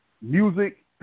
music